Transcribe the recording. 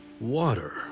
Water